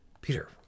Peter